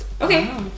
okay